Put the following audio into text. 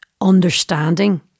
understanding